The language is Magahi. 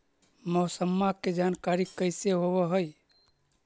मौसमा के जानकारी कैसे होब है?